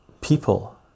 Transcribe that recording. People